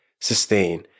sustain